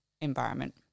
environment